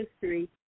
history